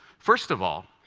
first of all,